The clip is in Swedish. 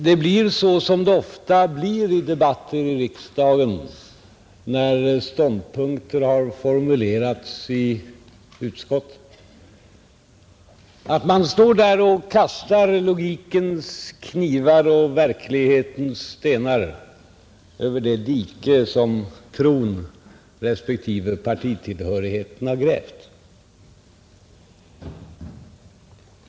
Det blir ofta så i debatter i riksdagen när ståndpunkter har formulerats i utskott, att man står där och kastar logikens knivar och verklighetens stenar över det dike som tron respektive partitillhörigheten har grävt.